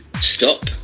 stop